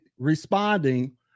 responding